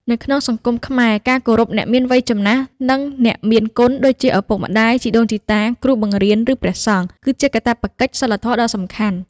នៅក្នុងសង្គមខ្មែរ ការគោរពអ្នកមានវ័យចំណាស់ និងអ្នកមានគុណ ដូចជាឪពុកម្តាយ ជីដូនជីតា គ្រូបង្រៀន ឬព្រះសង្ឃ គឺជាកាតព្វកិច្ចសីលធម៌ដ៏សំខាន់។